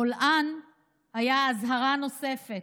הבולען היה אזהרה נוספת.